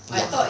ya